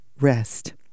rest